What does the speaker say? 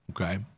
okay